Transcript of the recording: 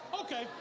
Okay